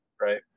right